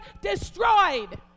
destroyed